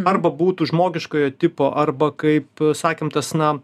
arba būtų žmogiškojo tipo arba kaip sakėm tas na